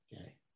Okay